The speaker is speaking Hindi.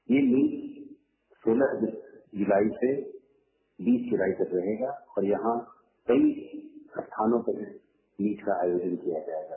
ये मीट सोलह से बीस जुलाई तक रहेगा और यहां कई स्थानों पर मीट का आयोजन किया जाएगा